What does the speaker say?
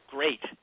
Great